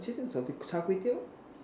interest so salty Char-Kway-Teow